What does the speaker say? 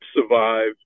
survive